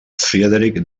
friedrich